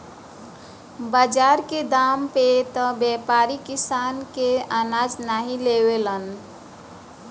बाजार के दाम पे त व्यापारी किसान के अनाज नाहीं लेवलन